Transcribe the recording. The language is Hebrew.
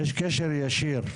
יש קשר ישיר.